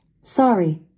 Sorry